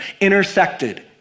intersected